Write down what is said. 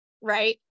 right